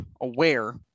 aware